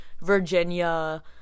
Virginia